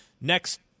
Next